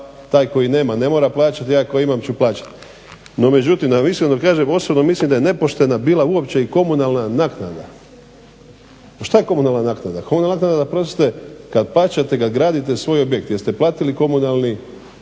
taj koji nema ne mora plaćati, ja koji imam ću plaćati. No međutim, da vam iskreno kažem osobno mislim da je nepoštena bila uopće i komunalna naknada. Šta je komunalna naknada? Komunalna naknada je kad plaćate, kad gradite svoj objekt jeste platili komunalni